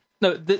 No